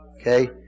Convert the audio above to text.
Okay